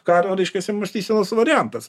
kario reiškiasi mąstysenos variantas